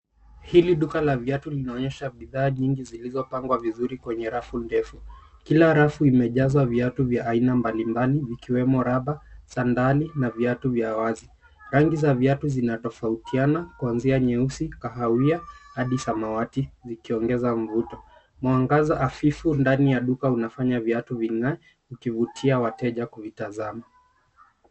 Hili duka la viatu linaonyesha bidhaa nyingi zilizopangwa vizuri kwenye rafu ndefu. Kila rafu imejazwa viatu vya aina mbalimbali ikiwemo raba, sandali, na viatu vya wazi. Rangi za viatu zinatofautiana kuanzia nyeusi, kahawia, hadi samawati, ikiongeza mvuto. Mwangaza hafifu ndani ya duka unafanya viatu ving'ae ikivutia wateja kuvitazama.